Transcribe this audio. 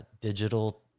digital